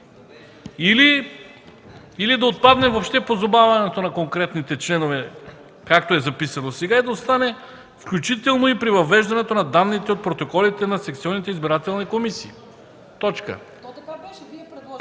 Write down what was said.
или да отпадне въобще позоваването на конкретните членове, както е записано сега, и да остане „включително и при въвеждането на данните от протоколите на секционните избирателни комисии”.